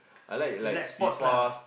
you like sports lah